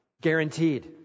Guaranteed